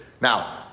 Now